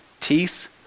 teeth